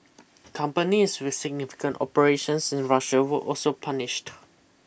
companies with significant operations in Russia were also punished